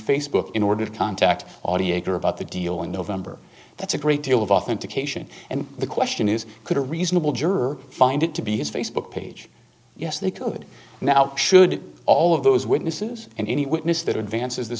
facebook in order to contact audie agar about the deal in november that's a great deal of authentication and the question is could a reasonable juror find it to be his facebook page yes they could now should all of those witnesses and any witness that advances this